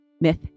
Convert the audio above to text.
Myth